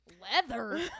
Leather